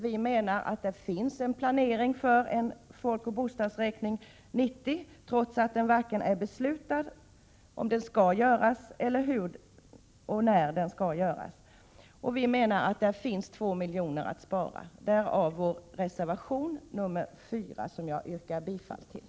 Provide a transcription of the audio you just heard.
Vi menar att det finns en planering för en folkoch bostadsräkning 1990, trots att det inte är beslutat vare sig om den skall göras eller när och hur den skall göras. Vi anser att där finns 2 miljoner att spara. Därav följer vår reservation 4, som jag yrkar bifall till.